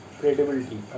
credibility